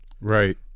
Right